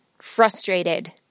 frustrated